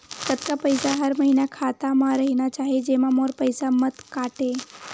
कतका पईसा हर महीना खाता मा रहिना चाही जेमा मोर पईसा मत काटे?